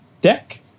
deck